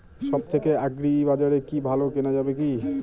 সব থেকে আগ্রিবাজারে কি ভালো কেনা যাবে কি?